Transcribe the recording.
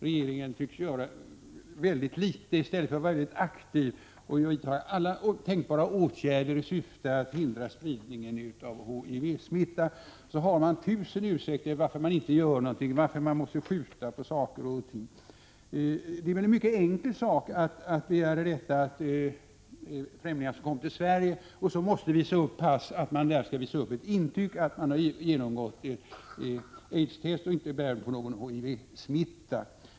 Regeringen tycks göra mycket litet i stället för att vara aktiv och vidta alla tänkbara åtgärder i syfte att hindra spridningen av HIV-viruset. Man har tusen ursäkter för att man inte gör någonting och för att man måste skjuta på saker och ting. Det vore väl mycket enkelt att begära att främlingar som kommer till Sverige och vid inresan måste visa upp sitt pass också visar upp ett intyg om att de genomgått aidstest och inte bär på HIV-smitta.